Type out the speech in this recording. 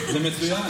זה מצוין.